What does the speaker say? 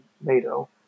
NATO